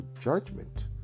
judgment